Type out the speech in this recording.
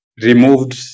Removed